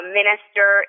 minister